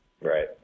Right